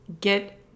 get